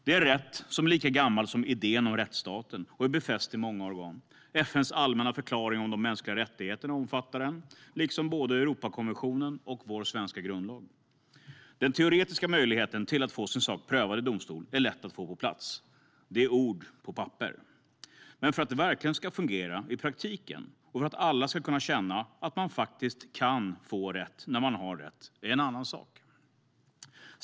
Det är en rätt som är lika gammal som idén om rättsstaten, och den är befäst i många organ. FN:s allmänna förklaring om de mänskliga rättigheterna omfattar den rätten, liksom både Europakonventionen och vår svenska grundlag. Den teoretiska möjligheten att få sin sak prövad i domstol är lätt att få på plats. Det är ord på papper. Men att det verkligen fungerar i praktiken och att alla kan känna att man faktiskt kan få rätt när man har rätt är en annan sak.